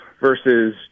versus